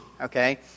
okay